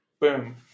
Boom